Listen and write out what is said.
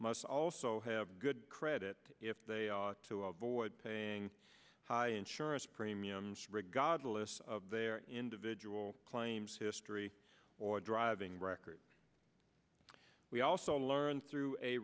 must also have good credit if they are to avoid paying high insurance premiums regardless of their individual claims history or driving record we also learned through a